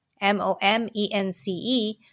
M-O-M-E-N-C-E